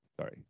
sorry